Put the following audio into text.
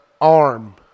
arm